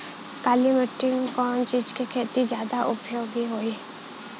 काली माटी में कवन चीज़ के खेती ज्यादा उपयोगी होयी?